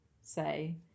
say